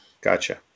gotcha